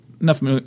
Enough